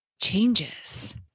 changes